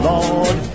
Lord